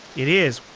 it is.